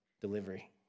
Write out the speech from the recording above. delivery